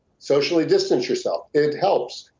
socially distance yourself. it helps.